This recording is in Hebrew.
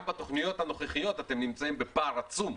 גם בתוכניות הנוכחיות אתם נמצאים בפער עצום.